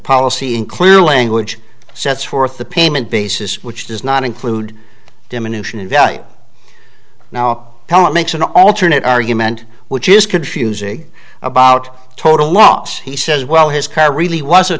policy in clear language sets forth the payment basis which does not include a diminution in value now tell it makes an alternate argument which is confusing about total loss he says well his car really was a